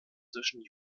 zwischen